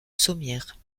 sommières